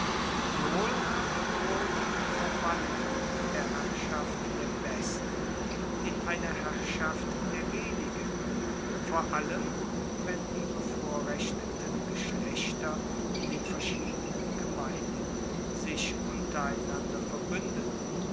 wohl aber drohte die verwandlung der herrschaft der besten in eine herrschaft der wenigen vor allem wenn die bevorrechteten geschlechter in den verschiedenen gemeinden sich untereinander verbuendeten